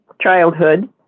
childhood